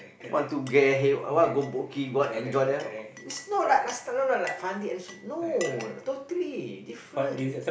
want to get hey what go Boat-Quay go out and enjoy there it's not like last time not not like Fandi and Sun no totally different